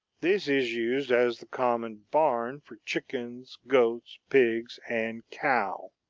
this is used as the common barn for chickens, goats, pigs, and cow.